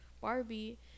Barbie